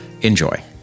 Enjoy